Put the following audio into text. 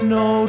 no